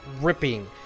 ripping